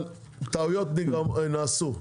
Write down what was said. אבל טעויות נעשו.